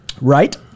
right